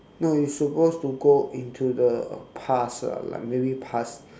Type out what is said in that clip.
no you supposed to go into the past uh like maybe past